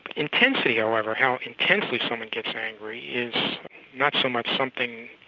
intensity, however, how intensely someone gets angry, is not so much something